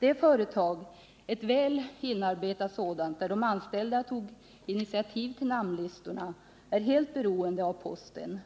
på vad en neddragning kan innebära: Det företag — ett väl inarbetat sådant —, där de anställda tog initiativ till namnlistorna, är helt beroende av posten.